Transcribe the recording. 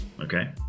Okay